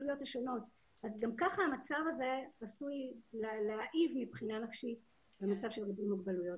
גם ככה המצב הזה עשוי להעיב מבחינה נפשית במצב של ריבוי מוגבלויות.